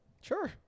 sure